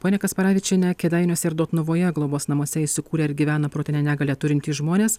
ponia kasparavičiene kėdainiuose ir dotnuvoje globos namuose įsikūrė ir gyvena protinę negalią turintys žmonės